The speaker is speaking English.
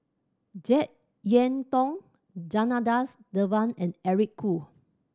Jek Yeun Thong Janadas Devan and Eric Khoo